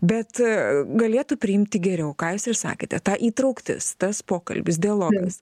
bet galėtų priimti geriau ką jūs ir sakėte ta įtrauktis tas pokalbis dialogas